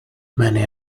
many